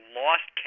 lost